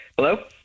Hello